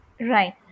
Right